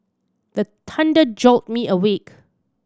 the thunder jolt me awake